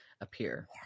appear